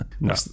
No